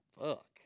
Fuck